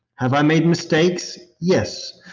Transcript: have i made mistakes? yes,